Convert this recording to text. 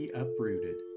uprooted